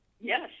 Yes